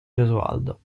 gesualdo